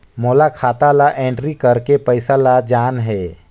मोला खाता ला एंट्री करेके पइसा ला जान हे?